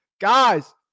guys